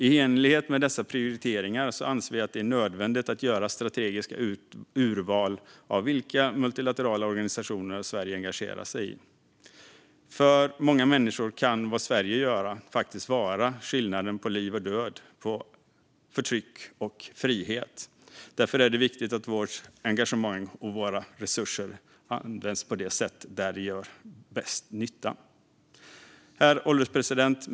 I enlighet med dessa prioriteringar anser vi att det är nödvändigt att göra strategiska urval av vilka multilaterala organisationer som Sverige engagerar sig i. För många människor kan vad Sverige gör faktiskt vara skillnaden mellan liv och död, mellan förtryck och frihet. Därför är det viktigt att vårt engagemang och våra resurser används på ett sätt som gör bäst nytta. Herr ålderspresident!